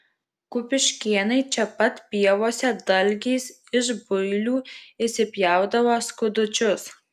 kupiškėnai čia pat pievose dalgiais iš builių išsipjaudavo skudučius